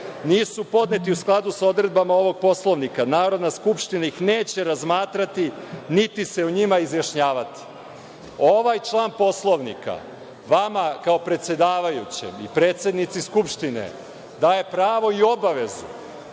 nisu podneti u skladu sa odredbama ovog Poslovnika, Narodna skupština ih neće razmatrati, niti se o njima izjašnjavati. Ovaj član Poslovnika vama, kao predsedavajućem i predsednici Skupštine daje pravo i obavezu